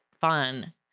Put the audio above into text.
fun